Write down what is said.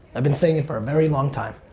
i've been saying it for a very long time.